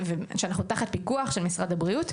כשאנחנו תחת פיקוח של משרד הבריאות,